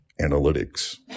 analytics